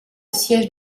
siège